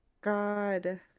God